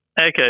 Okay